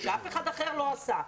שאף אחד אחר לא עשה,